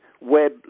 web